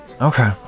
Okay